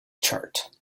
chart